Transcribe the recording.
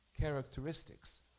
characteristics